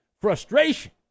frustration